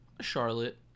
Charlotte